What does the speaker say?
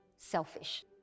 selfish